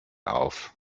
auf